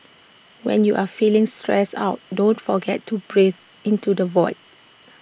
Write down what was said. when you are feeling stressed out don't forget to breathe into the void